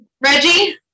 Reggie